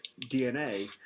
DNA